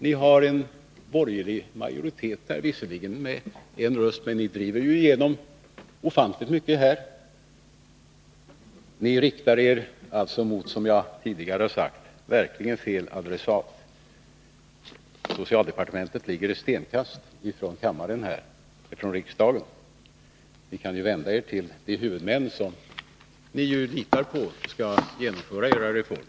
Ni har en borgerlig majoritet i riksdagen. Ni riktar er alltså, som jag tidigare har sagt, verkligen till fel adressat. Socialdepartementet ligger ett stenkast från riksdagen. Ni kan vända er till de huvudmän som ni litar på skall genomföra era förslag.